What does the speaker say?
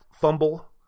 fumble